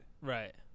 Right